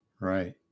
right